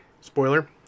Spoiler